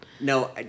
No